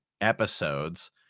episodes